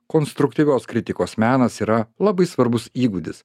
konstruktyvios kritikos menas yra labai svarbus įgūdis